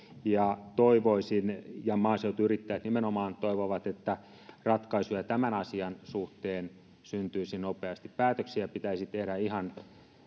ja toivoisin ja nimenomaan maaseutuyrittäjät toivovat että ratkaisuja tämän asian suhteen syntyisi nopeasti päätöksiä pitäisi tehdä ihan